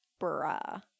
bruh